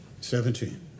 Seventeen